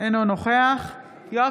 אינו נוכח יואב